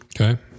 Okay